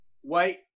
white